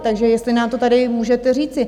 Takže jestli nám to tady můžete říci?